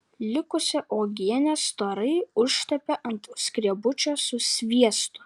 likusią uogienę storai užtepė ant skrebučio su sviestu